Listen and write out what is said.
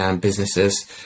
businesses